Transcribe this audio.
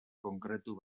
konkretu